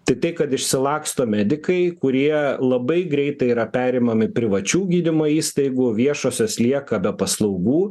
tiktai kad išsilaksto medikai kurie labai greitai yra perimami privačių gydymo įstaigų viešosios lieka be paslaugų